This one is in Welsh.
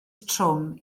trwm